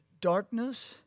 darkness